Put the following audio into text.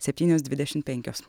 septynios dvidešimt penkios